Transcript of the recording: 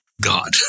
God